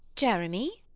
jeremy?